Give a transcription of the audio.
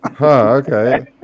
okay